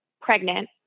pregnant